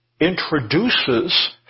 introduces